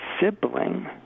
sibling